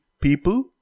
People